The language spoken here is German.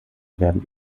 werden